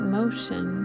motion